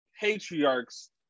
patriarchs